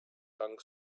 tongue